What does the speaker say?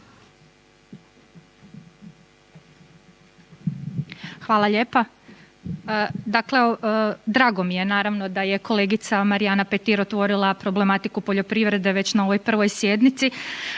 Hvala lijepa. Dakle, drago mi je naravno da je kolegica Marijana Petir otvorila problematiku poljoprivrede već na ovoj sjednici,